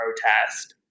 protest